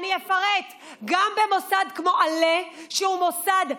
הוא אמר שהוא לא ישב בקואליציה,